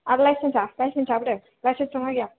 आर लाइसेन्सा लाइसेन्सा बोरो लाइसेन्स दंना गैया